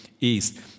east